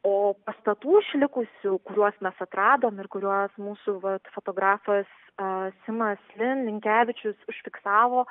o pastatų išlikusių kuriuos mes atradom ir kuriuos mūsų vat fotografas simas minkevičius užfiksavo